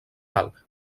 alt